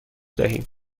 دهیم